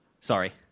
Sorry